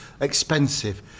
expensive